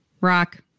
rock